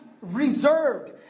reserved